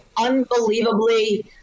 unbelievably